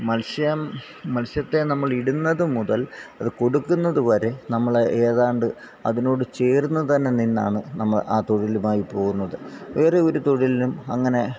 മൽസ്യം മത്സ്യത്തെ നമ്മൾ ഇടുന്നതുമുതൽ അത് കൊടുക്കുന്നത് വരെ നമ്മൾ ഏതാണ്ട് അതിനോട് ചേർന്ന് തന്നെ നിന്നാണ് നമ്മൾ ആ തൊഴിലുമായി പോകുന്നത് വേറെ ഒരു തൊഴിലിനും അങ്ങനെ